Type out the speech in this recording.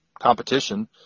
competition